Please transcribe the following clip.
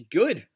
good